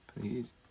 Please